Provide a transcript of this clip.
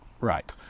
right